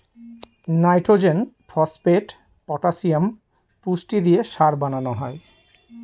nitrogen, phosphate, potassium পুষ্টি দিয়ে সার বানানো হয়